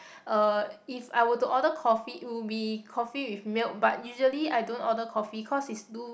uh if I were to order coffee it would be coffee with milk but usually I don't order coffee cause it's too